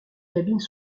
cabines